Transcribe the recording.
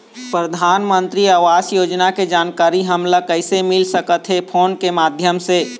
परधानमंतरी आवास योजना के जानकारी हमन ला कइसे मिल सकत हे, फोन के माध्यम से?